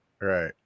Right